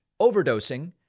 overdosing